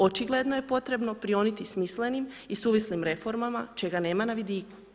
Očigledno je potrebno prionuti smislenim i suvislim reformama čega nema na vidiku.